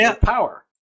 power